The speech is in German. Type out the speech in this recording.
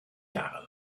jahre